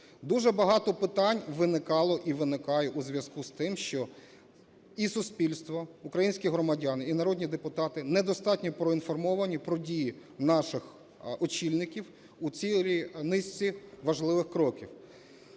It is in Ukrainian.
Дуже багато питань виникало і виникає у зв'язку з тим, що і суспільство, українські громадяни, і народні депутати недостатньо проінформовані про дії наших очільників у цілій низці важливих кроків.